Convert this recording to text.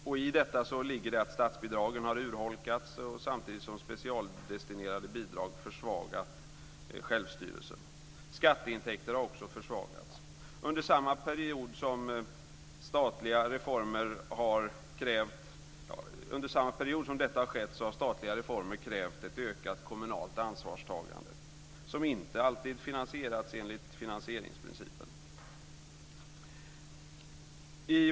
Och i detta ligger att statsbidragen har urholkats samtidigt som specialdestinerade bidrag försvagat självstyrelsen. Skatteintäkterna har också försvagats. Under samma period som detta har skett har statliga reformer krävt ett ökat kommunalt ansvarstagande som inte alltid finansierats enligt finansieringsprincipen.